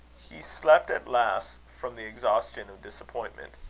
he slept at last, from the exhaustion of disappointment.